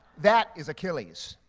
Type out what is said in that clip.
that is achilles.